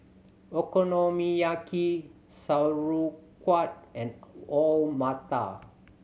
Okonomiyaki Sauerkraut and Alu Matar